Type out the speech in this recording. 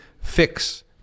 fix